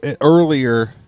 earlier